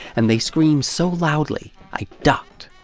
and they screamed so loudly i ducked.